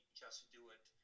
just-do-it